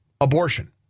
abortion